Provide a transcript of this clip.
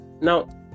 now